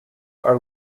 are